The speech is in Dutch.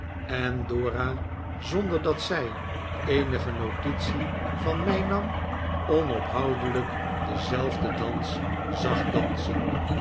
en dora zonder dat zij eenige notitie van mij nam onophoudelijk denzelfden dans zag dansen